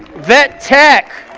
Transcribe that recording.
vet tech,